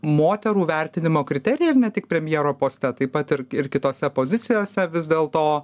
moterų vertinimo kriterijai ir ne tik premjero poste taip pat ir ir kitose pozicijose vis dėl to